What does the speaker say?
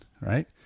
Right